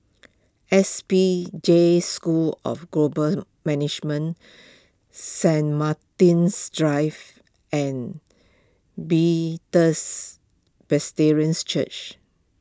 S P Jain School of Global Management Saint Martin's Drive and Bethels Presbyterian Church